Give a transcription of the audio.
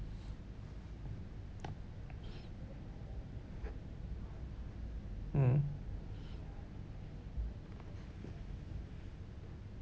mm